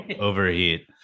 overheat